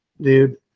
dude